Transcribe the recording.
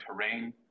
terrain